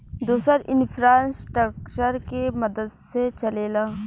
दुसर इन्फ़्रास्ट्रकचर के मदद से चलेला